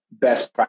best